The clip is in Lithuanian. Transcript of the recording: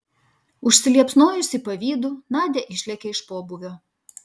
užsiliepsnojusi pavydu nadia išlėkė iš pobūvio